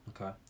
Okay